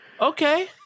Okay